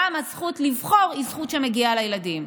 גם הזכות לבחור היא זכות שמגיעה לילדים.